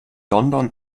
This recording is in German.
london